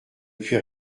puis